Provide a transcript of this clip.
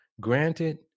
granted